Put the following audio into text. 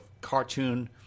cartoon